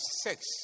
six